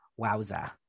Wowza